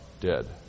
dead